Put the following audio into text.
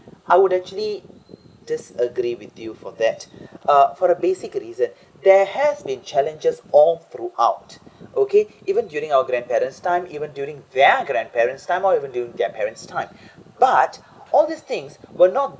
I would actually disagree with you for that uh for a basic reason there have been challenges all through out okay even during our grandparents' time even during their grandparents time or even during their parent's time but all these things were not